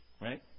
Right